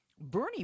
Bernie